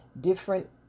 different